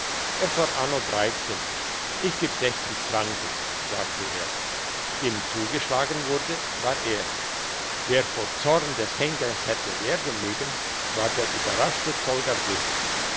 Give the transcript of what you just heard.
es war anno ich geb sechzig franken sagte er wem zugeschlagen wurde war er wer vor zorn des henkers hätte werden mögen war der überrheinische zollgardist